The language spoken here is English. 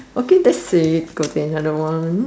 okay that's it go to another one